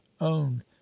own